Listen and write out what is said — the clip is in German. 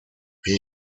wie